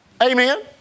Amen